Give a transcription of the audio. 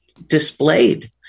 displayed